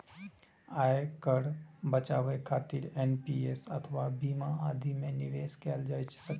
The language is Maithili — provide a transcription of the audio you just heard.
आयकर बचाबै खातिर एन.पी.एस अथवा बीमा आदि मे निवेश कैल जा सकैए